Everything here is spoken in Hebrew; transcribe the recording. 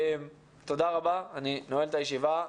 תודה רבה, אני נועל את הישיבה.